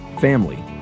family